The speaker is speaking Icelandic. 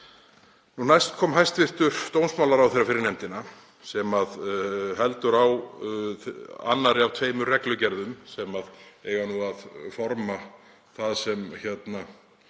Næst kom hæstv. dómsmálaráðherra fyrir nefndina sem heldur á annarri af tveimur reglugerðum sem eiga að forma það sem